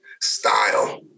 style